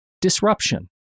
Disruption